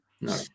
no